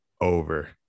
Over